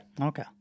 Okay